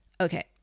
Okay